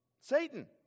Satan